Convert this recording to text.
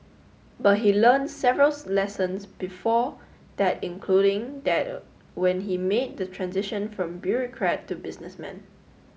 but he learnt several lessons before that including that when he made the transition from bureaucrat to businessman